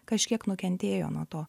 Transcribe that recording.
kažkiek nukentėjo nuo to